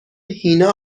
هینا